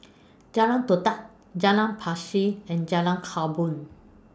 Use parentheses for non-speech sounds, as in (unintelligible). Jalan Todak Jalan (unintelligible) and Jalan Korban